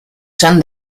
son